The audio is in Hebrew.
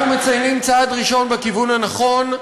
אנחנו מציינים צעד ראשון בכיוון הנכון,